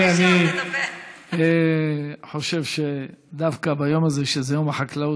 אני מוכן להתווכח איתך כמה שאת רוצה, עד מחר.